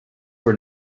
were